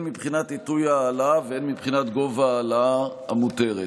מבחינת עיתוי ההעלאה והן מבחינת גובה ההעלאה המותר.